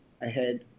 ahead